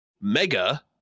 Mega